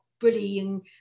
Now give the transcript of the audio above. bullying